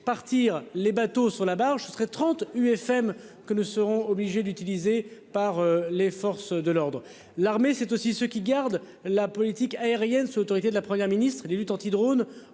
partir les bateaux sur la barre, je serai 30 UFM que nous serons obligés d'utiliser par les forces de l'ordre, l'armée, c'est aussi ce qui garde la politique aérienne sous l'autorité de la Première ministre et les luttes anti-drone